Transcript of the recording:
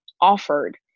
offered